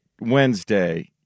Wednesday